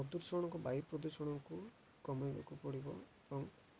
ପ୍ରଦୂଷଣକୁ ବାୟୁ ପ୍ରଦୂଷଣକୁ କମେଇବାକୁ ପଡ଼ିବ ଏବଂ